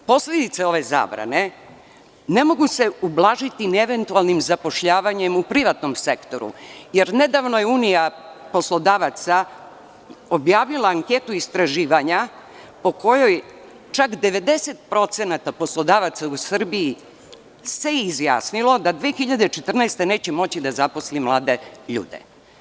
Posledice ove zabrane ne mogu se ublažiti ni eventualnim zapošljavanjem u privatnom sektoru, jer nedavno je Unija poslodavaca objavila anketu istraživanja po kojoj čak 90% poslodavaca u Srbiji se izjasnilo da 2014. godine neće moći da zaposli mlade ljude.